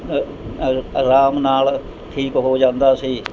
ਅਰ ਆਰਾਮ ਨਾਲ਼ ਠੀਕ ਹੋ ਜਾਂਦਾ ਸੀ